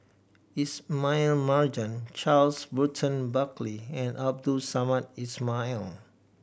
Ismail Marjan Charles Burton Buckley and Abdul Samad Ismail